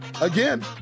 again